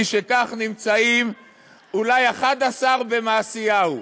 משכך, נמצאים אולי 11 במעשיהו.